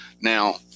Now